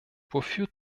wofür